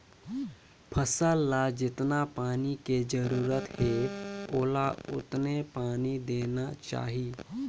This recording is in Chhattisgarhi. फसल ल जेतना पानी के जरूरत हे ओला ओतने पानी देना चाही